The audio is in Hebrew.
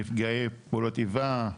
נפגעי פעולות איבה,